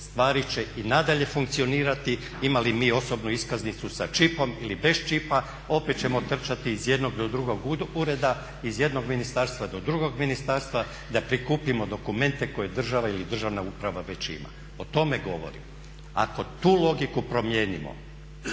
stvari će i nadalje funkcionirati imali mi osobnu iskaznicu sa čipom ili bez čipa opet ćemo trčati iz jednog do drugog ureda, iz jednog ministarstva do drugog ministarstva da prikupimo dokumente koje država ili državna uprava već ima. O tome govorim. Ako tu logiku promijenimo